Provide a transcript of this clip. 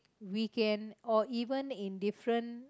we can or even in different